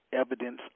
evidence